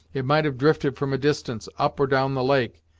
it might have drifted from a distance, up or down the lake,